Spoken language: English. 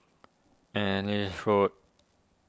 Ellis Road